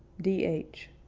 d h.